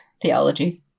Theology